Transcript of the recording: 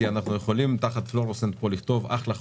כי אנחנו יכולים תחת פלורוסנט פה אחלה חוק,